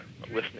listening